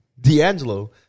d'angelo